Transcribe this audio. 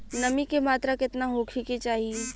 नमी के मात्रा केतना होखे के चाही?